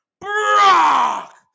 Brock